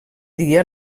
dia